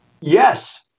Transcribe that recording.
Yes